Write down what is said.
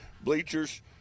bleachers